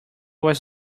was